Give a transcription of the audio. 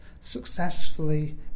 successfully